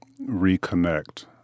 reconnect